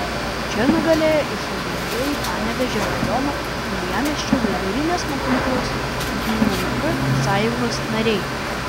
čia nugalėjo išradingieji panevėžio rajono naujamiesčio vidurinės mokyklos jūr sąjungos nariai